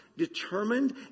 determined